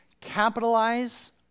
capitalize